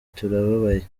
turababaye